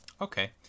Okay